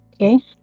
Okay